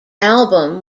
album